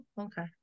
okay